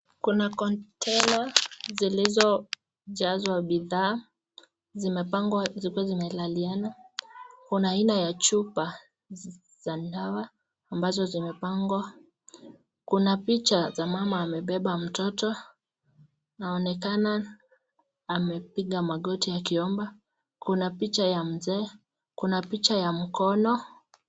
Kuna container zilizojazwa bidhaa. Zimepangwa zikiwa zimelaliana kuna aina ya chupa za dawa ambazo zimepangwa. Kuna picha za mama amebeba mtoto anaonekana amepiga magoti akiomba, kuna picha ya mzee, kuna picha ya mkono.